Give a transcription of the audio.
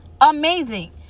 amazing